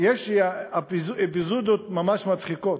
יש אפיזודות ממש מצחיקות,